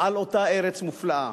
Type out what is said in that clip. על אותה ארץ מופלאה.